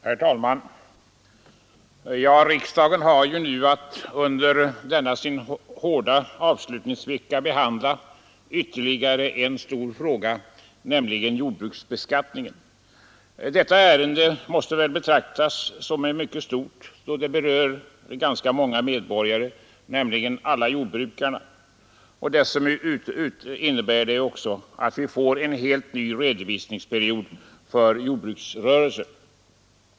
Herr talman! Riksdagen har under sin hårda avslutningsvecka att behandla ytterligare en stor fråga, nämligen jordbruksbeskattningen. Detta ärende måste betraktas som mycket stort, för det berör ganska många medborgare, nämligen alla jordbrukarna. Dessutom kommer beslut att fattas om en helt ny redovisningsprincip för jordbruksrörelse.